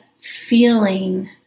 feeling